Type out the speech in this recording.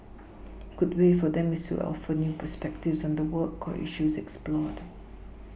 good way for them is to offer new perspectives on the work or issues explored